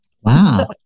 Wow